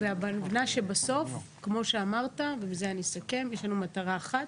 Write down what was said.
בסוף, כמו שאמרת, יש לנו מטרה אחת,